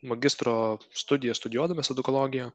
magistro studijas studijuodamas edukologiją